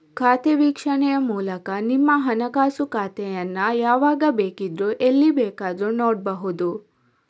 ಖಾತೆ ವೀಕ್ಷಣೆಯ ಮೂಲಕ ನಿಮ್ಮ ಹಣಕಾಸು ಖಾತೆಯನ್ನ ಯಾವಾಗ ಬೇಕಿದ್ರೂ ಎಲ್ಲಿ ಬೇಕಾದ್ರೂ ನೋಡ್ಬಹುದು